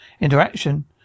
interaction